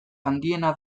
handiena